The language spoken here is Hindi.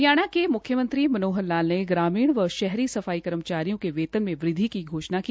हरियाणा के मुख्यमंत्री मनोहर लाल ने ग्रामीण व शहरी सफाई कर्मचारियों के वेतन में वृद्वि की घोषणा की